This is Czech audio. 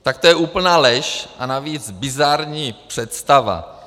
Tak to je úplná lež a navíc bizarní představa.